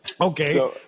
okay